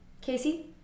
Casey